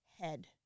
head